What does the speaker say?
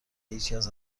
هیچکس